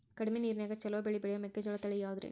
ಕಡಮಿ ನೇರಿನ್ಯಾಗಾ ಛಲೋ ಬೆಳಿ ಬೆಳಿಯೋ ಮೆಕ್ಕಿಜೋಳ ತಳಿ ಯಾವುದ್ರೇ?